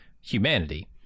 humanity